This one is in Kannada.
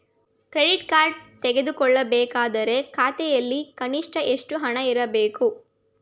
ಕ್ರೆಡಿಟ್ ಕಾರ್ಡ್ ತೆಗೆದುಕೊಳ್ಳಬೇಕಾದರೆ ಖಾತೆಯಲ್ಲಿ ಕನಿಷ್ಠ ಎಷ್ಟು ಹಣ ಇರಬೇಕು?